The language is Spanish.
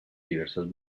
diversas